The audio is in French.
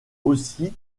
aussi